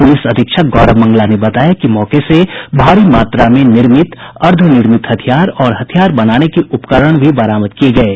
police अधीक्षक गौरव मंगला ने बताया कि मौके से भारी मात्रा में निर्मित अर्द्दनिर्मित हथियार और हथियार बनाने के उपकरण भी बरामद किये गये हैं